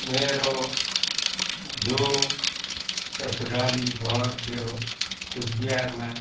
मेरो जो ससुराली घर थियो कुचबिहारमा